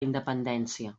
independència